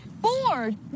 Bored